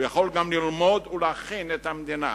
הוא יכול גם ללמוד ולהכין את המדינה